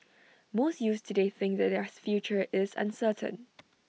most youths today think that their future is uncertain